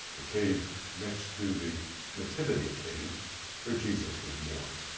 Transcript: the cave next to the nativity cave where jesus was born.